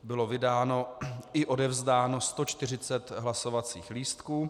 Bylo vydáno i odevzdáno 140 hlasovacích lístků.